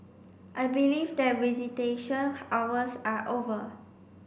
I believe that visitation hours are over